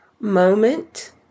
moment